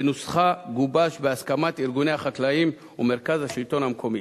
ונוסחה גובש בהסכמת ארגוני החקלאים ומרכז השלטון המקומי.